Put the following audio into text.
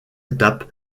étapes